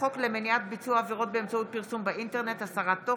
חוק למניעת ביצוע עבירות באמצעות פרסום באינטרנט (הסרת תוכן),